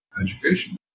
education